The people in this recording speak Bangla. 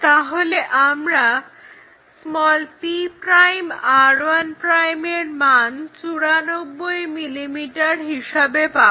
তাহলে আমরা p'r1' এর মান 94 mm হিসাবে পাবো